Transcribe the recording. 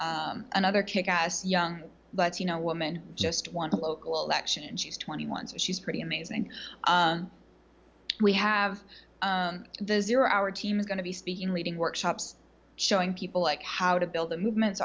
another kick ass young but you know woman just want a local election and she's twenty one so she's pretty amazing we have this year our team is going to be speaking reading workshops showing people like how to build a movement